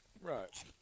right